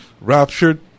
raptured